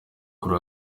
kuri